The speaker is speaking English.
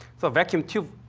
the vacuum tube,